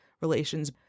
relations